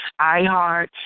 iHeart